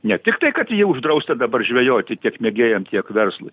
ne tiktai kad ji uždrausta dabar žvejoti tiek mėgėjam tiek verslui